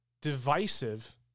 divisive